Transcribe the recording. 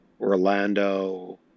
Orlando